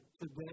today